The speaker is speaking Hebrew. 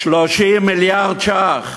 30 מיליארד ש"ח,